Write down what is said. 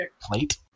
plate